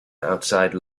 outside